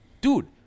Dude